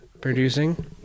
producing